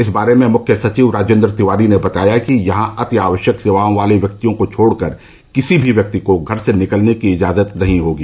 इस बारे में मुख्य सचिव राजेन्द्र तिवारी ने बताया कि यहां अति आवश्यक सेवाओं वाले व्यक्तियों को छोड़कर किसी भी व्यक्ति को घर से निकलने की इजाजत नहीं होगी